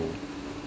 to